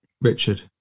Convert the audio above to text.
Richard